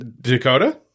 dakota